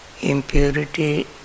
impurity